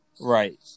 Right